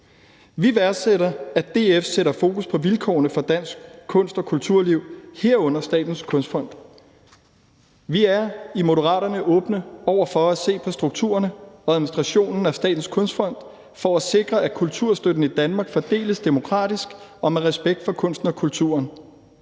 Vi værdsætter, at DF sætter fokus på vilkårene for dansk kunst og kulturliv, herunder Statens Kunstfond. Vi er i Moderaterne åbne over for at se på strukturerne i og administrationen af Statens Kunstfond for at sikre, at kulturstøtten i Danmark fordeles demokratisk og med respekt for kunsten og kulturen,